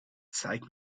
zeig